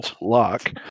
lock